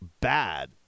bad